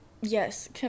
Yes